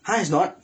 !huh! it's not